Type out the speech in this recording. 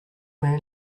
man